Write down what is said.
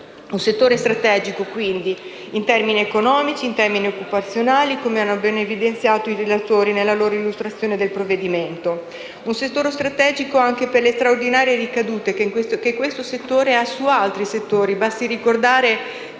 un settore strategico, quindi, in termini economici e occupazionali, come hanno bene evidenziato i relatori nella loro illustrazione del provvedimento. Un settore strategico anche per le straordinarie ricadute che questo settore ha su altri settori: